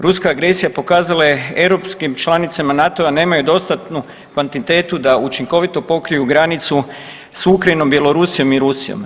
Ruska agresija pokazala je europskim članicama NATO-a da nemaju dostatnu kvantitetu da učinkovito pokriju granicu s Ukrajinom, Bjelorusijom i Rusijom.